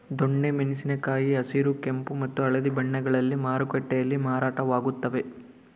ದೊಣ್ಣೆ ಮೆಣಸಿನ ಕಾಯಿ ಹಸಿರು ಕೆಂಪು ಮತ್ತು ಹಳದಿ ಬಣ್ಣಗಳಲ್ಲಿ ಮಾರುಕಟ್ಟೆಯಲ್ಲಿ ಮಾರಾಟವಾಗುತ್ತವೆ